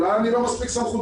אולי אני לא מספיק סמכותי.